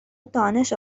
دانش